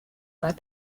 their